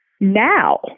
Now